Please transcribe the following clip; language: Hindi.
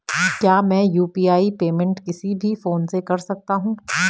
क्या मैं यु.पी.आई पेमेंट किसी भी फोन से कर सकता हूँ?